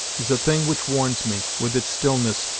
is a thing which warns me, with its stillness,